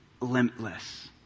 Limitless